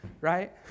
right